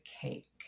cake